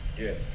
Yes